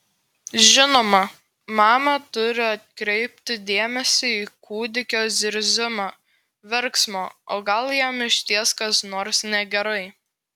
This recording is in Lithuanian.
žinoma mama turi atkreipti dėmesį į kūdikio zirzimą verksmą o gal jam išties kas nors negerai